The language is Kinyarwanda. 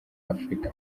afrika